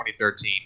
2013